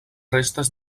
restes